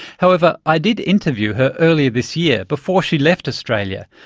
however i did interview her earlier this year, before she left australia,